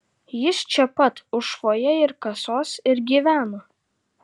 jis čia pat už fojė ir kasos ir gyveno